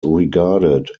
regarded